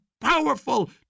powerful